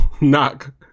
knock